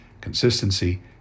consistency